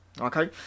okay